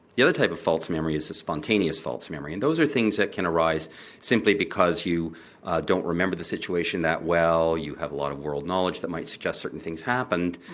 the other type of false memory is the spontaneous false memory and those are things that can arise simply because you don't remember the situation that well, you have a lot of world knowledge that might suggest certain things happened,